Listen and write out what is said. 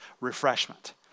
refreshment